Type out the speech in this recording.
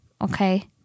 Okay